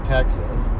Texas